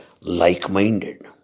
like-minded